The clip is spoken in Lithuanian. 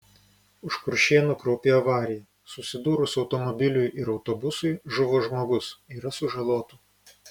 už kuršėnų kraupi avarija susidūrus automobiliui ir autobusui žuvo žmogus yra sužalotų